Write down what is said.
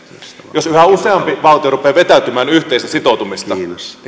jos yhä useampi valtio rupeaa vetäytymään yhteisestä sitoutumisesta niin